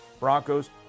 Broncos